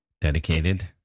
dedicated